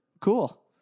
cool